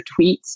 tweets